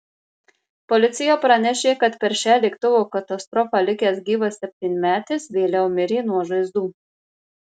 policija pranešė kad per šią lėktuvo katastrofą likęs gyvas septynmetis vėliau mirė nuo žaizdų